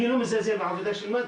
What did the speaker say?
אני לא מזלזל בעבודה של מד"א.